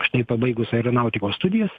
štai pabaigus aeronautikos studijas